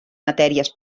matèries